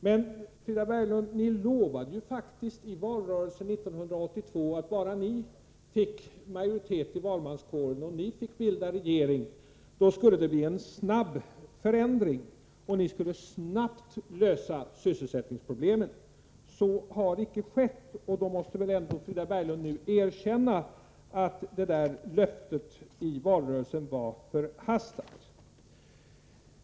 Men, Frida Berglund, ni lovade ju faktiskt i valrörelsen 1982 att om ni bara fick majoritet i valmanskåren och ni fick bilda regering skulle det bli en snabb förändring, och ni skulle snabbt lösa sysselsättningsproblemen. Så har icke skett, och då måste väl Frida Berglund nu ändå erkänna att det där löftet i valrörelsen var förhastat.